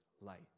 light